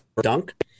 dunk